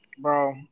Bro